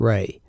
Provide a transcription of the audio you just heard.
Ray